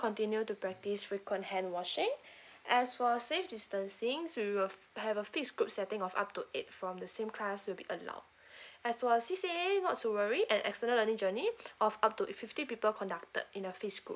continue to practice frequent hand washing as for safe distancing we will have a fix group setting of up to eight from the same class will be allowed as to our C_C_A not to worry an external learning journey of up to fifty people conducted in the fix group